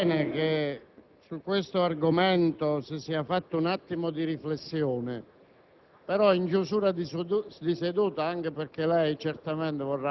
Quello che però mi disturba nella discussione svolta qui questa sera sono certi accenti abbastanza esagerati, perché